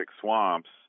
swamps